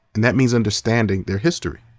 and that means understanding their history,